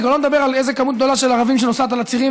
ואני כבר לא מדבר על איזה כמות גדולה של ערבים שנוסעת על הצירים,